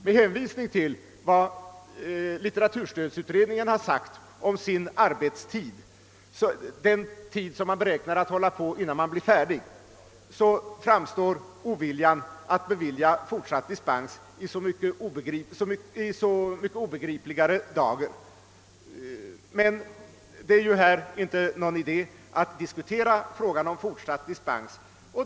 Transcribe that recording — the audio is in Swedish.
Med hänvisning till vad litteraturstödutredningen har sagt om sin arbetstid, d.v.s. den tid man beräknar att hålla på innan man blir färdig, blir oviljan att bevilja fortsatt dispens så mycket obegripligare. Det är ju inte någon idé att här diskutera frågan om fortsatt dispens.